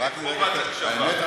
אין חובת הקשבה.